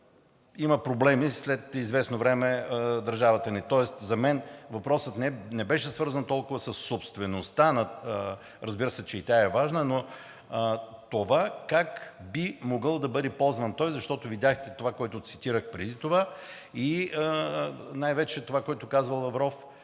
няма проблеми след известно време държавата ни. Тоест за мен въпросът не беше свързан толкова със собствеността – разбира се, че и тя е важна, а с това как би могъл да бъде ползван той, защото чухте онова, което цитирах преди малко, и най-вече казаното от Лавров.